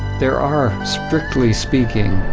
there are, strictly speaking,